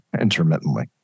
intermittently